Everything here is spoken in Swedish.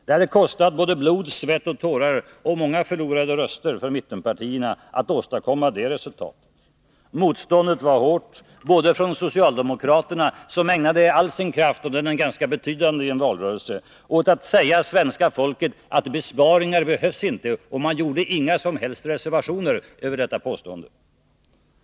Det hade kostat blod, svett och tårar och många förlorade röster för mittenpartierna att åstadkomma det resultatet. Motståndet var hårt både från socialdemokraterna och från moderaterna. Socialdemokraterna ägnade all sin kraft — och den är ganska betydande i en valrörelse — åt att säga svenska folket att besparingar behövs inte, och man gjorde inga som helst reservationer till detta påstående.